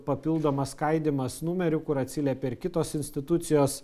papildomas skaidymas numeriu kur atsiliepia ir kitos institucijos